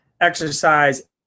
exercise